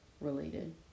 related